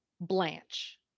Blanche